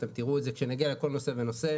אתם תראו את זה כשנגיע לכל נושא ונושא,